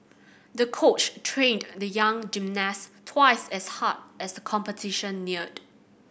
the coach trained the young gymnast twice as hard as the competition neared